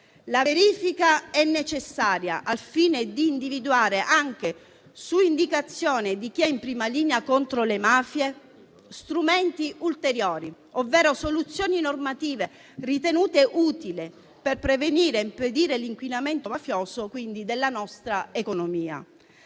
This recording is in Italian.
La verifica è necessaria al fine di individuare, anche su indicazione di chi è in prima linea contro le mafie, strumenti ulteriori ovvero soluzioni normative ritenute utili per prevenire e impedire l'inquinamento mafioso della nostra economia.